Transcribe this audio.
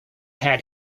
had